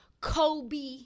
Kobe